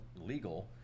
legal